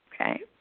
okay